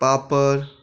पापड़